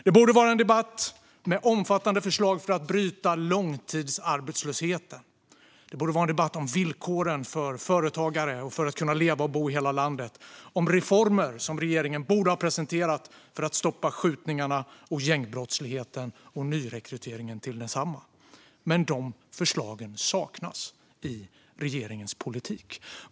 Det borde vara en debatt om omfattande förslag för att bryta långtidsarbetslösheten, om villkoren för företagare och för att kunna leva och bo i hela landet och om de reformer som regeringen borde ha presenterat för att stoppa skjutningarna och gängbrottsligheten samt nyrekryteringen till densamma. Dessa förslag saknas dock i regeringens politik.